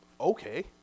Okay